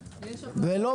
ולא,